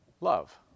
love